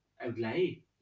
outlay